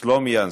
סלומינסקי.